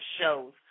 shows